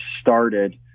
started